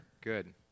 Good